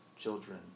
children